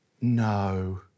no